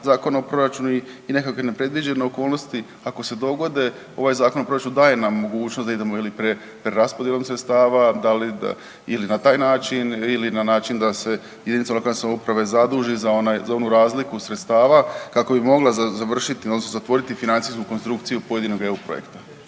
Zakon o proračunu i nekakvi nepredviđene okolnosti, ako se dogode, ovaj Zakon o proračunu daje nam mogućnost da idemo ili preraspodjelom sredstava da li da ili na taj način ili na način da se jedinice lokalne samouprave zaduži za onu razliku sredstava kako bi mogla završiti odnosno zatvoriti financijsku konstrukciju pojedinog eu projekta.